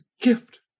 gift